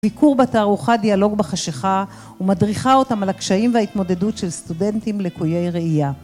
ביקור בתערוכה דיאלוג בחשיכה ומדריכה אותם על הקשיים וההתמודדות של סטודנטים לקויי ראייה